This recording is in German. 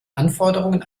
anforderungen